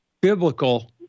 biblical